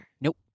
Nope